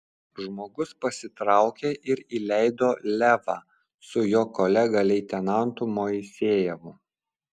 žmogus pasitraukė ir įleido levą su jo kolega leitenantu moisejevu